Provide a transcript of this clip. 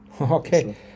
Okay